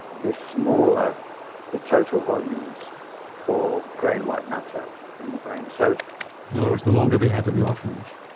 the smaller the total volumes for grey and white matter in the brain. so in other words, the longer they had in the orphanage.